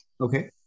Okay